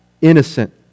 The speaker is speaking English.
innocent